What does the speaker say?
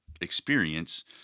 experience